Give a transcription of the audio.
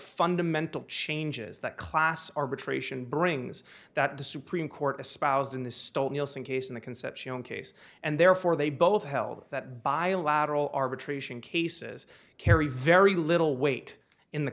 fundamental changes that class arbitration brings that the supreme court espoused in the stall nielson case in the concepcion case and therefore they both held that by lateral arbitration cases carry very little weight in the